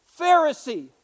Pharisee